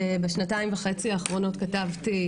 בשנתיים וחצי האחרונות כתבתי,